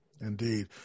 Indeed